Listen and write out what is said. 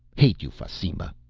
hate you, fasimba!